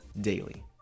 Daily